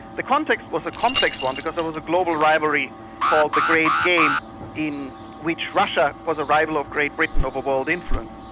the context was a complex one because there was a global rivalry called the great game in which russia was a rival of great britain over world influence,